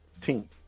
team